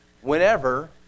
whenever